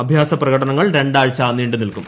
അഭ്യാസ പ്രകടനങ്ങൾ രണ്ടാഴ്ച നീണ്ടുനിൽക്കും